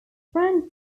frank